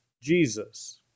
Jesus